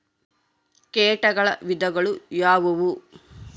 ಕೇಟಗಳ ವಿಧಗಳು ಯಾವುವು?